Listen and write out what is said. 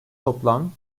toplam